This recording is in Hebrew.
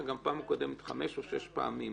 גם לדבר בפעם הקודמת חמש או שש פעמים.